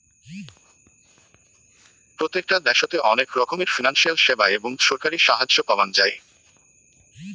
প্রত্যেকটা দ্যাশোতে অনেক রকমের ফিনান্সিয়াল সেবা এবং ছরকারি সাহায্য পাওয়াঙ যাই